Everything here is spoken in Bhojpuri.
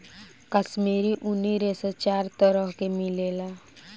काश्मीरी ऊनी रेशा चार तरह के मिलेला